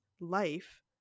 life